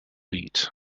eat